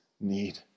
need